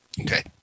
Okay